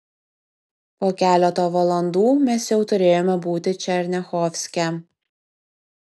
po keleto valandų mes jau turėjome būti černiachovske